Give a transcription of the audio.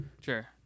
Sure